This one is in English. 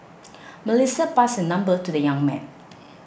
Melissa passed her number to the young man